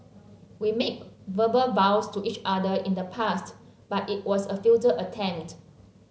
we made verbal vows to each other in the past but it was a futile attempt